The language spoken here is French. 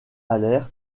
haller